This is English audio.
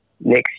next